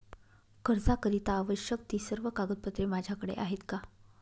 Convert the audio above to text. कर्जाकरीता आवश्यक ति सर्व कागदपत्रे माझ्याकडे आहेत का?